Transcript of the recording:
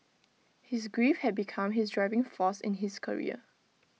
his grief had become his driving force in his career